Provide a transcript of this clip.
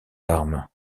armes